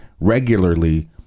regularly